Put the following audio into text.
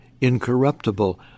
incorruptible